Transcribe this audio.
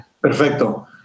Perfecto